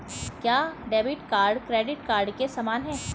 क्या debit card credit card के समान है?